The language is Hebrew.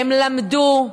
הם למדו,